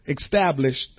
established